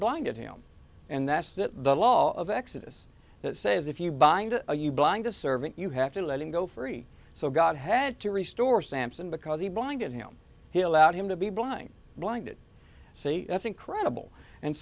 blinded him and that's that the law of exodus that says if you bind you blind a servant you have to let him go free so god had to restore sampson because he blinded him he allowed him to be blind blinded see that's incredible and